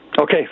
Okay